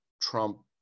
trump